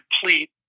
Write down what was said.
complete